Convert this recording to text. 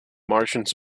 martians